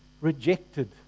Rejected